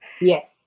Yes